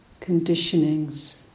conditionings